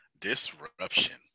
Disruption